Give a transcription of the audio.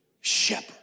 shepherd